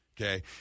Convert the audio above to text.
Okay